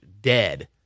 dead